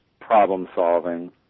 problem-solving